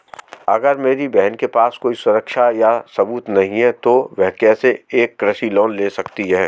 अगर मेरी बहन के पास कोई सुरक्षा या सबूत नहीं है, तो वह कैसे एक कृषि लोन ले सकती है?